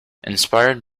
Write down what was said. inspired